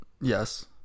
yes